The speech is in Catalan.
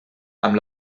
amb